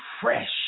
fresh